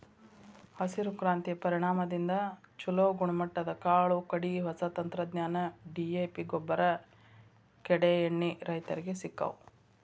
ಹಸಿರು ಕ್ರಾಂತಿಯ ಪರಿಣಾಮದಿಂದ ಚುಲೋ ಗುಣಮಟ್ಟದ ಕಾಳು ಕಡಿ, ಹೊಸ ತಂತ್ರಜ್ಞಾನ, ಡಿ.ಎ.ಪಿಗೊಬ್ಬರ, ಕೇಡೇಎಣ್ಣಿ ರೈತರಿಗೆ ಸಿಕ್ಕವು